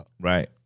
Right